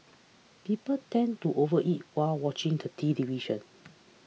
people tend to overeat while watching the television